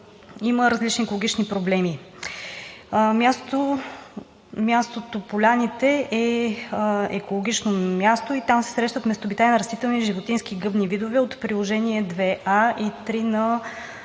има различни екологични проблеми. Мястото „Поляните“ е екологично и там се срещат местообитания на растителни, животински и гъбни видове от Приложение № 2а